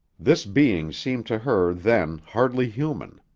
this being seemed to her then hardly human.